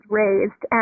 raised